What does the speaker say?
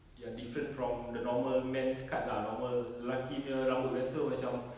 yang different from the normal men's cut lah normal lelaki punya rambut biasa macam